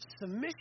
submission